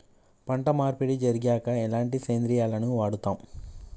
పంట మార్పిడి జరిగాక ఎలాంటి సేంద్రియాలను వాడుతం?